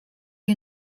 you